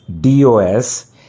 DOS